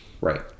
Right